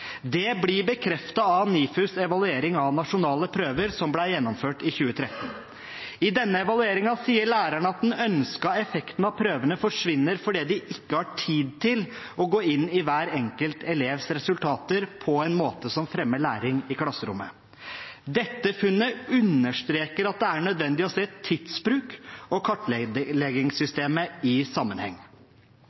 Det blir bekreftet av NIFUs evaluering av nasjonale prøver som ble gjennomført i 2013. I denne evalueringen sier lærerne at den ønskede effekten av prøvene forsvinner fordi de ikke har tid til å gå inn i hver enkelt elevs resultater på en måte som fremmer læring i klasserommet. Dette funnet understreker at det er nødvendig å se tidsbruk og kartleggingssystemet i sammenheng.